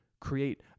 create